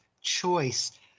choice